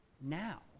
now